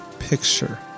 Picture